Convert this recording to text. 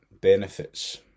benefits